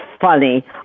funny